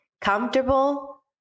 comfortable